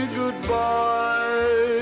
goodbye